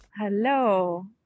Hello